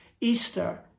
Easter